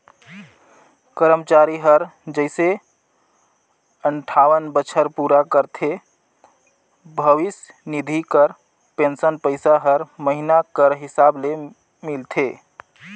करमचारी हर जइसे अंठावन बछर पूरा करथे भविस निधि कर पेंसन पइसा हर महिना कर हिसाब ले मिलथे